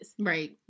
Right